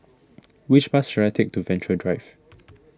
which bus should I take to Venture Drive